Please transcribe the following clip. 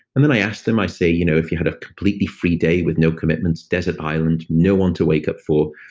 and then i ask them, i say, you know if you had a completely free day with no commitments, desert island, no one to wake up for,